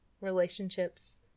relationships